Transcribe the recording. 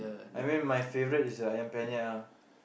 I mean my favourite is the Ayam-Penyet ah